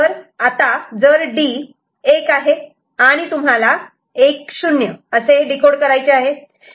जर D 1 आहे आणि तुम्हाला 1 0 हे डिकोड करायचे आहे